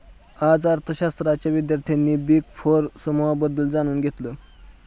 आज अर्थशास्त्राच्या विद्यार्थ्यांनी बिग फोर समूहाबद्दल जाणून घेतलं